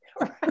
Right